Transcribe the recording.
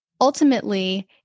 Ultimately